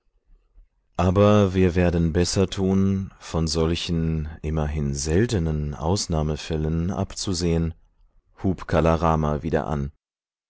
aber wir werden besser tun von solchen immerhin seltenen ausnahmefällen abzusehen hub kala rama wieder an